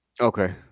Okay